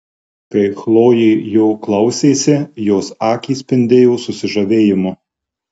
kai chlojė jo klausėsi jos akys spindėjo susižavėjimu